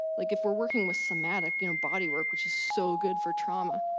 like if we're working with somatic, you know, body work, which is so good for trauma,